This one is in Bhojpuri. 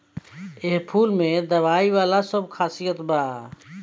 एह फूल में दवाईयो वाला सब खासियत बा